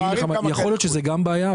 יכול להיות שזו גם בעיה,